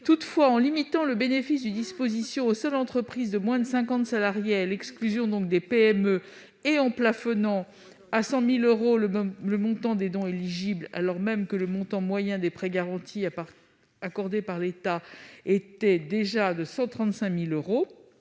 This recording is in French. Toutefois, en limitant le bénéfice du dispositif aux seules entreprises de moins de cinquante salariés, donc en excluant les PME, et en plafonnant à 100 000 euros le montant des dons éligibles, alors même que le montant moyen des prêts garantis par l'État s'élevait déjà à 135 000 euros